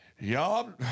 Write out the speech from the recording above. Y'all